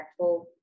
impactful